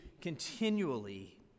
continually